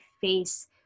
face